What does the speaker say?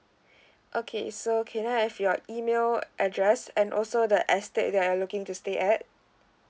okay so can I have your email address and also the estate that you're looking to stay at